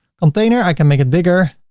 container i can make it bigger